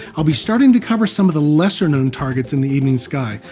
i'll be starting to cover some of the lesser known targets in the evening sky,